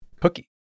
cookie